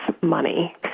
money